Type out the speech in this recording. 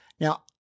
Now